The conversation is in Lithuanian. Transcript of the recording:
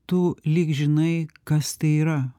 tu lyg žinai kas tai yra